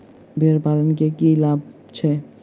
भेड़ पालन केँ की लाभ छै?